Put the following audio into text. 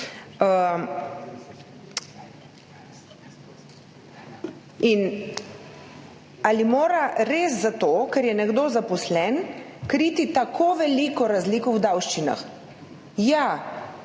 Ali mora res nekdo, zato ker je zaposlen, kriti tako veliko razliko v davščinah? Ja,